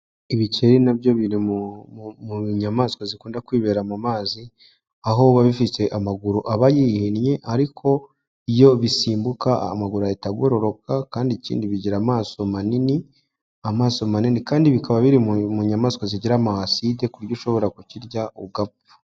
Ibikeri na byo biri mu nyamaswa zikunda kwibera mu mazi, aho biba bifite amaguru aba yihinnye ariko iyo bisimbuka amaguru ahita agororoka, kandi ikindi bigira amaso manini, amaso manini kandi bikaba biri mu nyamaswa zigira ama aside ku buryo ushobora kukirya ugapfa.